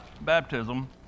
baptism